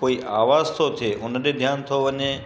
कोई आवाज़ु थो थिए हुन ॾे ध्यानु थो वञे